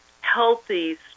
healthy